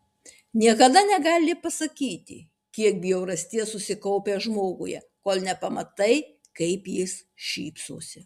niekada negali pasakyti kiek bjaurasties susikaupę žmoguje kol nepamatai kaip jis šypsosi